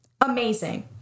amazing